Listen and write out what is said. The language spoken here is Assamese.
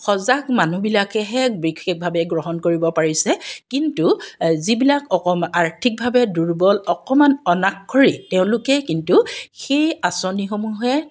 সজাগ মাবুহবিলাকেহে বিশেষভাৱে গ্ৰহণ কৰিব পাৰিছে কিন্তু যিবিলাক অকমা আৰ্থিকভাৱে দুৰ্বল অকণমান অনাক্ষৰিক তেওঁলোকে কিন্তু সেই আঁচনিসমূহে